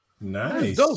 Nice